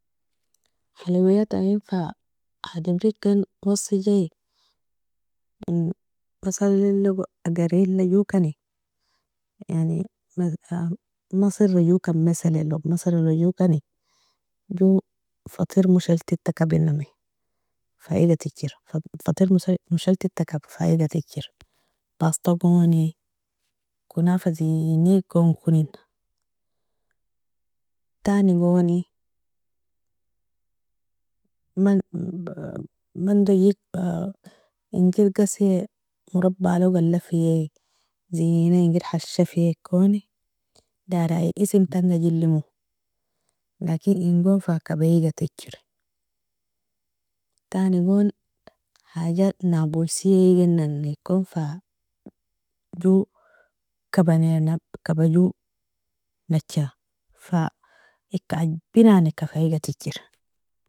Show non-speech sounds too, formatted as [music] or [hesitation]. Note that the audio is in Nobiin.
حلويات ain fa adamri ken wasiji, [hesitation] masalenogo agarela jokani yani [hesitation] misra jokan masalelogo misra jokan, jo فطير مشلتت kabinami, fa igatijer فطير مشلشتت kab fa igatichir, bastagoni, كنافة zeni kon konina, tanigoni [hesitation] mando jo inger gasi morabalog alafie zenie inger hashafikoni dari, ay isamtanga jillimo لكن ingon fa kabi igatichir, tanigon haja نابلسىة igenan'eakon fa jo kabnana kaba jo nacha fa ika ajbinanika fa igatijer.